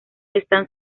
están